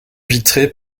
vitrées